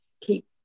Keep